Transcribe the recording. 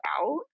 out